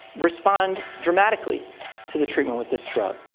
respond dramatically to the treatment with this drug.